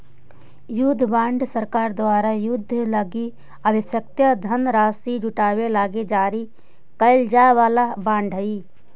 युद्ध बॉन्ड सरकार द्वारा युद्ध लगी आवश्यक धनराशि जुटावे लगी जारी कैल जाए वाला बॉन्ड हइ